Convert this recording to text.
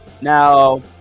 Now